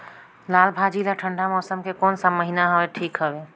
लालभाजी ला ठंडा मौसम के कोन सा महीन हवे ठीक हवे?